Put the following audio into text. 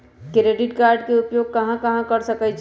Credit card के उपयोग कहां कहां कर सकईछी?